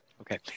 okay